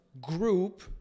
group